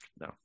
no